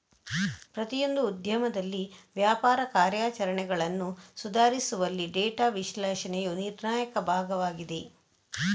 ಪ್ರತಿಯೊಂದು ಉದ್ಯಮದಲ್ಲಿ ವ್ಯಾಪಾರ ಕಾರ್ಯಾಚರಣೆಗಳನ್ನು ಸುಧಾರಿಸುವಲ್ಲಿ ಡೇಟಾ ವಿಶ್ಲೇಷಣೆಯು ನಿರ್ಣಾಯಕ ಭಾಗವಾಗಿದೆ